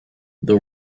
the